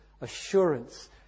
assurance